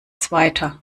zweiter